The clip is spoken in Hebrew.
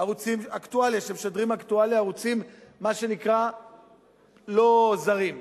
שמשדרים אקטואליה, מה שנקרא ערוצים לא זרים,